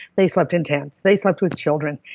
they slept in tents. they slept with children.